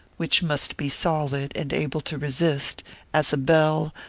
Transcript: which must be solid and able to resist as a bell,